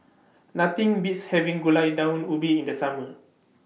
Nothing Beats having Gulai Daun Ubi in The Summer